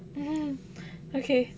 mmhmm okay